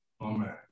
Amen